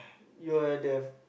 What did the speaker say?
you're the